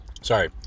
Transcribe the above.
sorry